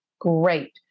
Great